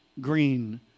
green